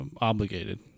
obligated